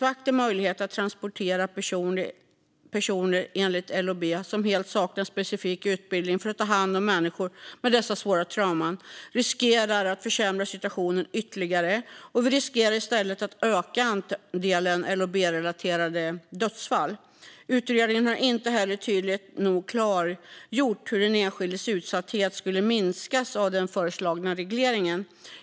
Att möjlighet att transportera personer enligt LOB ges till ordningsvakter, som helt saknar specifik utbildning för att ta hand om människor med dessa svåra trauman, skapar risk att situationen försämras ytterligare och att antalet LOB-relaterade dödsfall i stället ökar. Utredningen har inte heller tydligt nog klargjort hur den enskildes utsatthet skulle minskas av den föreslagna regleringen.